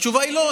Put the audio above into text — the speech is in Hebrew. התשובה היא לא.